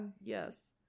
Yes